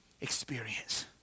experience